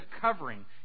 covering